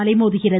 அலைமோதுகிறது